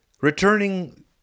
Returning